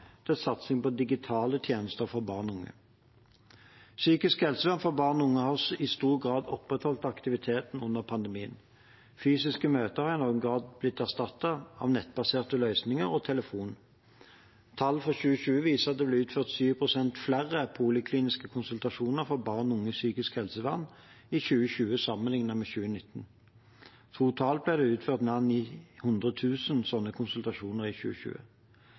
til satsing på digitale tjenester for barn og unge. Psykisk helsevern for barn og unge har i stor grad opprettholdt aktiviteten under pandemien. Fysiske møter er i noen grad blitt erstattet av nettbaserte løsninger og telefon. Tall for 2020 viser at det ble utført 7 pst. flere polikliniske konsultasjoner for barn og unge i psykisk helsevern sammenlignet med 2019. Totalt ble det utført mer enn 900 000 sånne konsultasjoner i 2020.